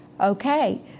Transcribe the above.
Okay